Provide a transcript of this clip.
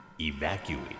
Evacuate